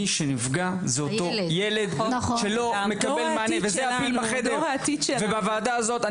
מי שנפגע זה אותו ילד שלא מקבל מענה וזה הפיל בחדר ובוועדה הזאת,